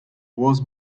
was